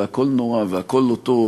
והכול נורא והכול לא טוב,